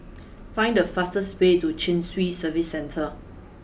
find the fastest way to Chin Swee Service Centre